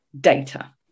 data